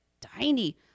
tiny